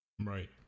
Right